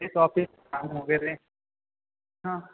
तेच ऑफिस काम वगैरे हां